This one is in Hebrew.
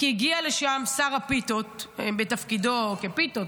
כי הגיע לשם שר הפיתות בתפקידו כפיתות,